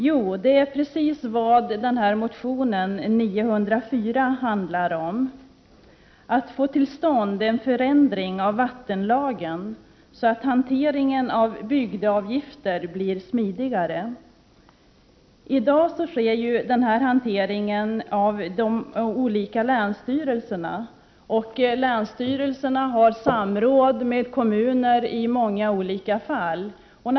Jo, det är precis vad motion 904 handlar om, att få till stånd en förändring av vattenlagen så att hanteringen av bygdeavgifter blir smidigare. I dag sköts denna hantering av de olika länsstyrelserna, och länsstyrelserna har i många olika fall samråd med kommuner.